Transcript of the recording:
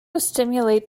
stimulate